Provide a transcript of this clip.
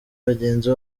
bagenzi